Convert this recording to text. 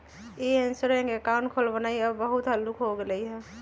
ई insurance account खोलबनाइ अब बहुते हल्लुक हो गेलइ ह